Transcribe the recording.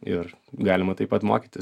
ir galima taip pat mokytis